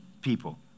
people